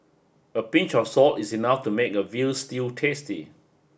a pinch of salt is enough to make a veal stew tasty